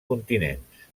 continents